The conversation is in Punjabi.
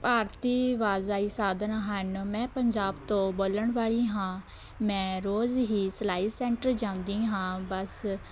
ਭਾਰਤੀ ਆਵਾਜਾਈ ਸਾਧਨ ਹਨ ਮੈਂ ਪੰਜਾਬ ਤੋਂ ਬੋਲਣ ਵਾਲੀ ਹਾਂ ਮੈਂ ਰੋਜ਼ ਹੀ ਸਿਲਾਈ ਸੈਂਟਰ ਜਾਂਦੀ ਹਾਂ ਬੱਸ